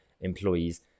employees